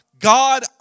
God